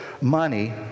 money